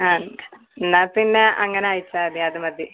ആ എന്നാൽപ്പിന്നെ അങ്ങനെ അയച്ചാൽ മതി അത് മതി